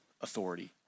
authority